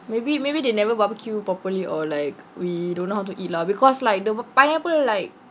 maybe maybe they never barbecue properly or like we don't know how to eat lah because like the pineapple like